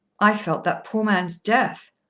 i felt that poor man's death.